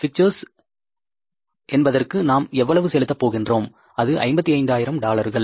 pictures என்பதற்கு நாம் எவ்வளவு செலுத்த போகின்றோம் அது 55 ஆயிரம் டாலர்கள்